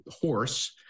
horse